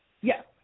Yes